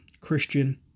Christian